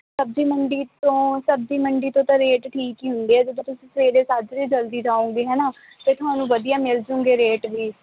ਸਬਜ਼ੀ ਮੰਡੀ ਤੋਂ ਸਬਜ਼ੀ ਮੰਡੀ ਤੋਂ ਤਾਂ ਰੇਟ ਠੀਕ ਹੀ ਹੁੰਦੇ ਹੈ ਜਦੋਂ ਤੁਸੀਂ ਸਵੇਰੇ ਸੱਜਰੇ ਜਲਦੀ ਜਾਓਗੇ ਹੈ ਨਾ ਅਤੇ ਤੁਹਾਨੂੰ ਵਧੀਆ ਮਿਲ ਜਾਉਗੇ ਰੇਟ ਵੀ